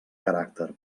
caràcter